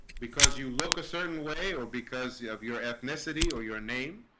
because you look a certain way or because yeah of your ethnicity or your name,